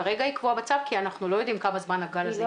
כרגע היא קבועה בצו כי אנחנו לא יודעים כמה זמן הגל הזה יימשך.